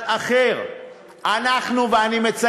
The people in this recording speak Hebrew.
הצבענו והנושא הזה עבר.